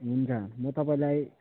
हुन्छ म तपाईँलाई